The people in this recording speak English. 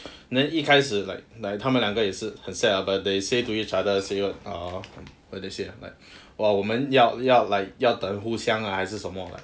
then 一开始 like like 他们两个也是很 sad ah but they say to each other say what err what they say ah like !wah! 我们要要 like 要等互相 ah 还是什么 like